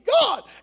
God